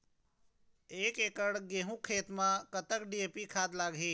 एकड़ गेहूं खेत म कतक डी.ए.पी खाद लाग ही?